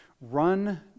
Run